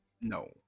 No